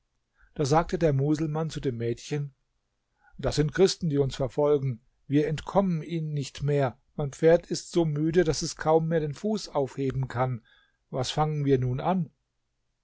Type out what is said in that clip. da sagte der muselmann zu dem mädchen das sind christen die uns verfolgen wir entkommen ihnen nicht mehr mein pferd ist so müde daß es kaum mehr den fuß aufheben kann was fangen wir nun an